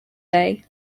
day